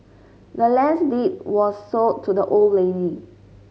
the land's deed was sold to the old lady